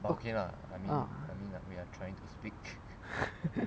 ah